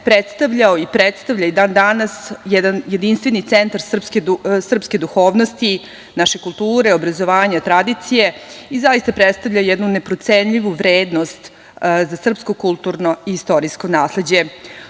predstavljao i predstavlja i dan danas jedan jedinstveni centar srpske duhovnosti, naše kulture, obrazovanja, tradicije i zaista predstavlja jednu neprocenjivu vrednost za srpsko kulturno i istorijsko nasleđe. Kao